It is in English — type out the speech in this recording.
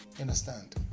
understand